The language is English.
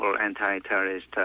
anti-terrorist